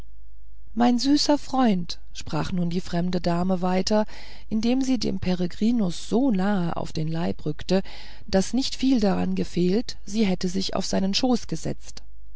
mein süßer freund sprach nun die fremde dame weiter indem sie dem peregrinus so nahe auf den leib rückte daß nicht viel daran gefehlt sie hätte sich auf seinen schoß gesetzt